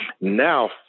Now